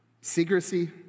Secrecy